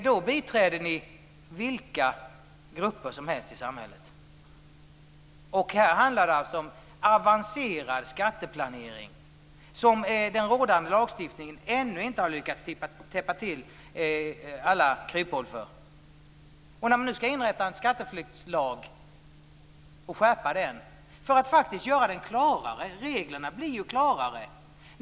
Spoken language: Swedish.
Då biträder ni vilka grupper som helst i samhället. Här handlar det alltså om avancerad skatteplanering som den rådande lagstiftningen ännu inte har lyckats att täppa till alla kryphål för. Man skall nu införa en skatteflyktslag och skärpa den för att göra reglerna klarare.